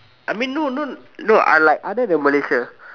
I mean no no no I like other than Malaysia